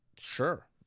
Sure